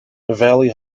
valley